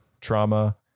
trauma